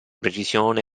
precisione